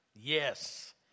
Yes